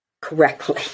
correctly